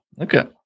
Okay